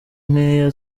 nkeya